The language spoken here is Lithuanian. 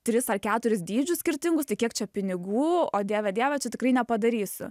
tris ar keturis dydžius skirtingus tai kiek čia pinigų o dieve dieve čia tikrai nepadarysiu